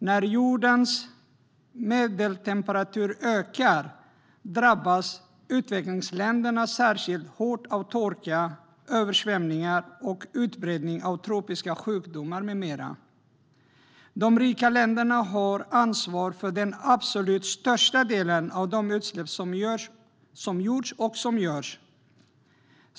När jordens medeltemperatur ökar drabbas utvecklingsländerna särskilt hårt av torka, översvämningar och utbredning av tropiska sjukdomar med mera. De rika länderna har ansvar för den absolut största delen av de utsläpp som gjorts och görs.